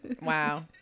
Wow